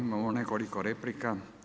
Imamo nekoliko replika.